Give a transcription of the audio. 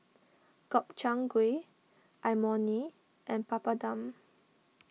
Gobchang Gui Imoni and Papadum